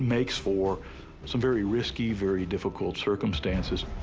makes for some very risky, very difficult circumstances.